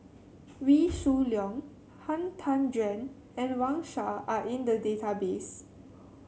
Wee Shoo Leong Han Tan Juan and Wang Sha are in the database